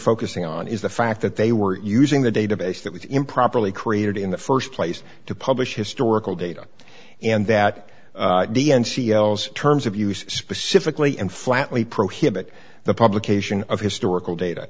focusing on is the fact that they were using the database that was improperly created in the st place to publish historical data and that d n c yells terms of use specifically and flatly prohibit the publication of historical data